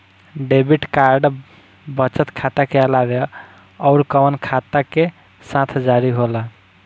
Debit card बचत खाता के अलावा अउरकवन खाता के साथ जारी होला?